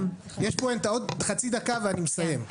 עוד חצי דקה ואני מסיים.